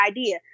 idea